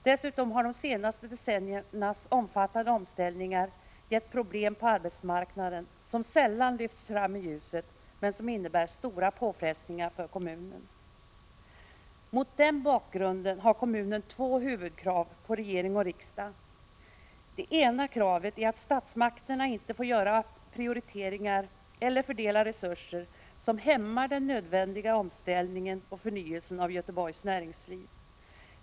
Dessutom har de senaste decenniernas omfattande omställningar gett problem på arbetsmarknaden, som sällan lyfts fram i ljuset men som innebär stora påfrestningar på kommunen. Mot den bakgrunden har kommunen två huvudkrav på regering och riksdag. Det ena kravet är att statsmakterna inte får göra prioriteringar eller fördela resurser som hämmar den nödvändiga omställningen och förnyelsen av Göteborgs näringsliv.